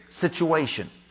situation